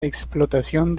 explotación